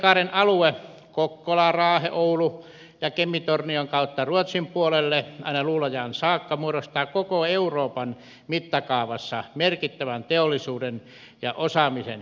perämerenkaaren alue kokkola raahe oulu ja kemi tornion kautta ruotsin puolelle aina luulajaan saakka ulottuva alue muodostaa koko euroopan mittakaavassa merkittävän teollisuuden ja osaamisen keskittymän